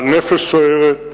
בעל נפש סוערת,